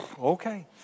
Okay